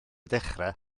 dechrau